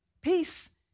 Peace